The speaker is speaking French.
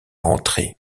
entrer